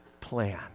plan